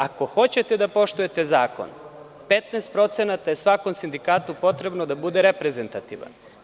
Ako hoćete da poštujete zakon, 15% je svakom sindikatu potrebno da bude reprezentativan.